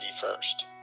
first